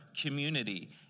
community